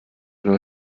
nur